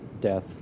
death